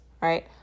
right